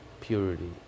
purity